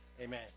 Amen